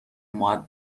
مودب